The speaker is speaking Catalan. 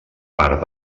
part